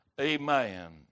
amen